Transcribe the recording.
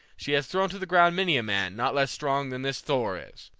she has thrown to the ground many a man not less strong than this thor is.